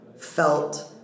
felt